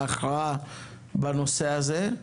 וההכרעה בנושא הזה.